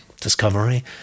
discovery